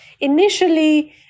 Initially